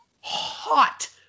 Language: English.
hot